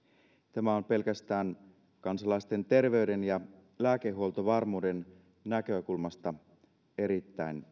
tämä on pelkästään kansalaisten terveyden ja lääkehuoltovarmuuden näkökulmasta erittäin